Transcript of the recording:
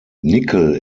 nickel